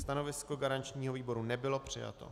Stanovisko garančního výboru nebylo přijato.